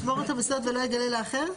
ישמור אותו בסוד ולא יגלה לאחר?